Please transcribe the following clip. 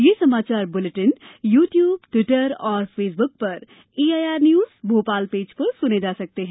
ये समाचार bulletin YouTube Twitter और फेसब्रक पर एआईआर न्यूज भोपाल पेज पर सुने जा सकते हैं